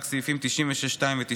רק סעיפים 96(2) ו-97,